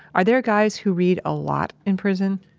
are there guys who read a lot in prison?